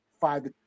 five